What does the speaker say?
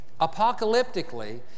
apocalyptically